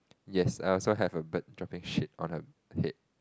yes I also have a bird dropping shit on her head